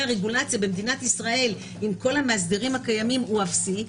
הרגולציה במדינת ישראל עם כל המאסדרים הקיימים הוא אפסי,